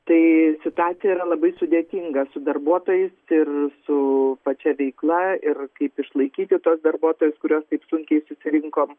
tai situacija yra labai sudėtinga su darbuotojais ir su pačia veikla ir kaip išlaikyti tuos darbuotojus kuriuos taip sunkiai susirinkom